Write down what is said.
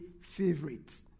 favorites